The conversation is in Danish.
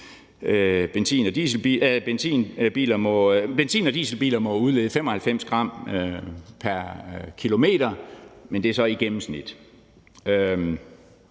benzin- og dieselbiler må udlede 95 g pr. kilometer, men det er så i gennemsnit.